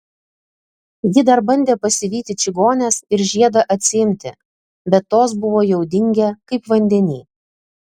ji dar bandė pasivyti čigones ir žiedą atsiimti bet tos buvo jau dingę kaip vandeny